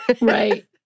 right